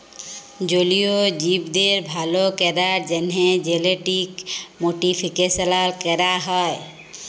জলীয় জীবদের ভাল ক্যরার জ্যনহে জেলেটিক মডিফিকেশাল ক্যরা হয়